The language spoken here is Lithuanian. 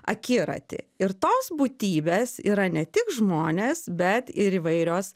akiratį ir tos būtybės yra ne tik žmonės bet ir įvairios